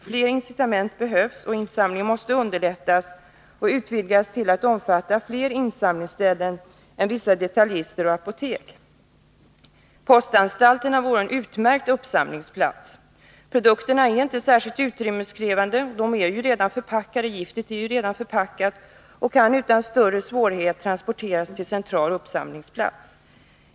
Fler incitament behövs, och insamlingen måste underlättas och utvidgas till att omfatta fler insamlingsställen än vissa detaljister och apotek. Postanstalterna vore utmärkta uppsamlingsplatser. Produkterna är inte särskilt utrymmeskrävande. De är ju redan förpackade — giftet är redan förpackat — och de kan utan större svårigheter transporteras till en central uppsamlingsplats.